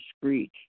screech